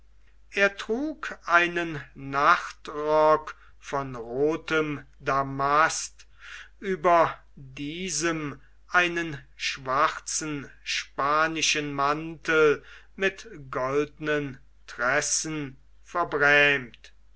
er trug einen nachtrock von rothem damast über diesem einen schwarzen spanischen mantel mit goldenen tressen verbrämt